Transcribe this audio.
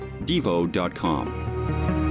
Devo.com